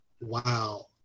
Wow